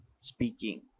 speaking